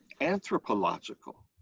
anthropological